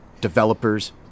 developers